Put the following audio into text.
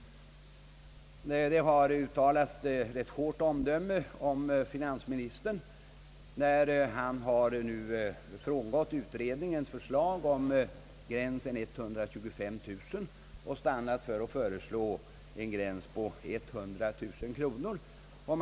Det har uttalats ett ganska hårt omdöme om finansministern för att han frångått utredningens förslag om en gräns på 125 000 kronor och i stället föreslagit en gräns på 100 090 kronor.